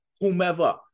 whomever